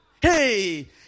Hey